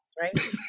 right